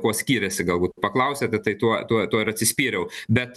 kuo skiriasi galbūt paklausėte tai tuo tuo tuo ir atsispyriau bet